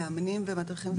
מאמנים ומדריכים?